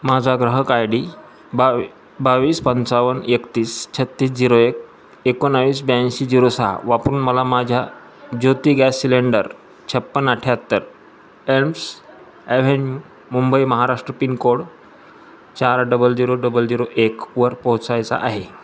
माझा ग्राहक I D बावीस बावीस पंचावन्न एकतीस छत्तीस झिरो एक एकोणवीस ब्याऐंशी झिरो सहा वापरून मला माझ्या ज्योती गॅस सिलेंडर छप्पन्न अठ्याहत्तर Elms avenue Mumbai Maharashtra pin code चार डबल झिरो डबल झिरो एकवर पोचायचा आहे